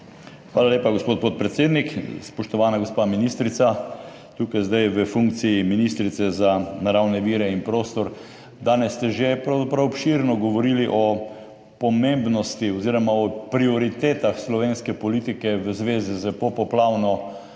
Hvala lepa, gospod podpredsednik. Spoštovana gospa ministrica, tukaj zdaj v funkciji ministrice za naravne vire in prostor! Danes ste že pravzaprav obširno govorili o pomembnosti oziroma o prioritetah slovenske politike v zvezi s popoplavno